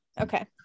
okay